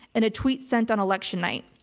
and a tweet sent on election night.